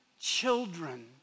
children